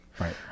Right